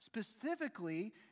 specifically